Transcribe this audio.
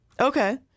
Okay